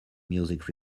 music